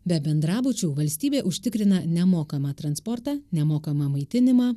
be bendrabučių valstybė užtikrina nemokamą transportą nemokamą maitinimą